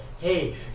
Hey